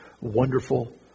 wonderful